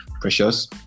precious